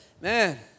Man